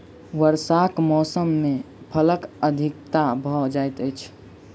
वर्षाक मौसम मे फलक अधिकता भ जाइत अछि